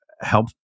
help